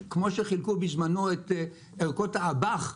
כמו שחילקו בזמנו את ערכות האב"כ,